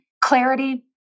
clarity